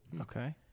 Okay